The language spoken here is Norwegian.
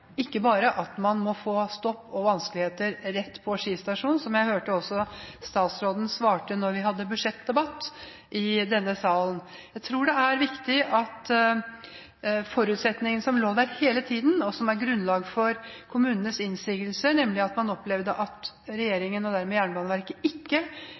at man ikke bare får stopp og vanskeligheter rett på Ski stasjon, som jeg også hørte statsråden svare da vi hadde budsjettdebatt i denne salen. Jeg tror det er viktig at forutsetningen som lå til grunn for kommunenes innsigelser – nemlig at man opplevde at regjeringen, og dermed Jernbaneverket, ikke